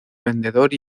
vendedor